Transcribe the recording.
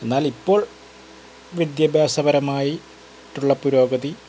എന്നാലിപ്പോൾ വിദ്യാഭ്യാസ പരമായി ട്ടുള്ള പുരോഗതി